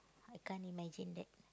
I can't imagine that